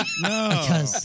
No